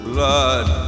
Blood